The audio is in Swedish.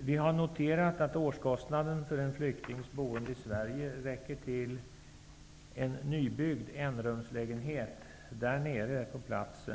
Vi har noterat att årskostnaden för en flyktings boende i Sverige räcker till en nybyggd enrumslägenhet i hemlandet.